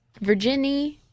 Virginia